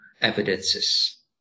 evidences